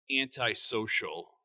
anti-social